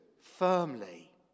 firmly